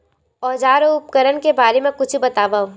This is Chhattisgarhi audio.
औजार अउ उपकरण के बारे मा कुछु बतावव?